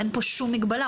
אין כאן שום מגבלה.